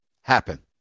happen